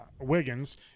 Wiggins